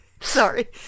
Sorry